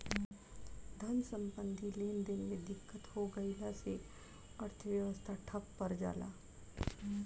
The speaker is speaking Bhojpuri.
धन सम्बन्धी लेनदेन में दिक्कत हो गइला से अर्थव्यवस्था ठप पर जला